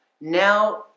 now